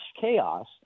chaos